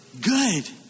Good